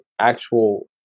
actual